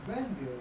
when will